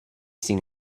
seen